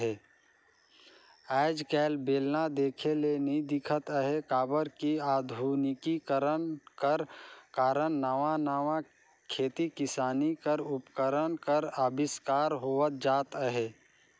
आएज काएल बेलना देखे ले नी दिखत अहे काबर कि अधुनिकीकरन कर कारन नावा नावा खेती किसानी कर उपकरन कर अबिस्कार होवत जात अहे